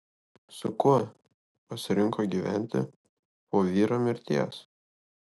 su kuo pasirinko gyventi po vyro mirties